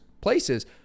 places